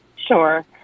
Sure